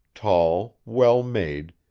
tall, well-made,